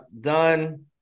done